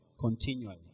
Continually